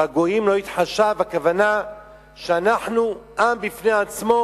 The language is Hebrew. "בגויים לא יתחשב", הכוונה שאנחנו עם בפני עצמו,